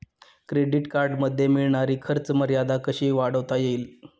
Credit कार्डमध्ये मिळणारी खर्च मर्यादा कशी वाढवता येईल?